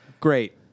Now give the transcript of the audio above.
Great